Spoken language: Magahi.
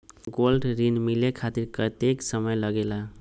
गोल्ड ऋण मिले खातीर कतेइक समय लगेला?